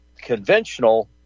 conventional